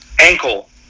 Ankle